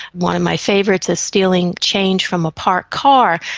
one of my favourites is stealing change from a parked car,